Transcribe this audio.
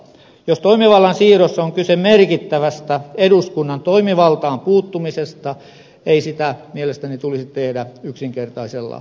jos toimivallan siirrossa on kyse merkittävästä eduskunnan toimivaltaan puuttumisesta ei sitä mielestäni tulisi tehdä yksinkertaisella enemmistöllä